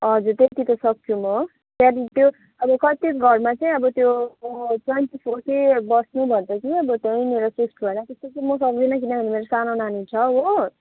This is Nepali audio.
हजुर त्यति त सक्छु म त्यहाँदेखि त्यो अब कत्तिको घरमा चाहिँ अब त्यो हरू चाहिँ बस्ने भन्छ कि अन्त त्यहीँनिर सिफ्ट भएर त्यस्तो चाहिँ म सक्दिनँ किनभने मेरो सानो नानी छ हो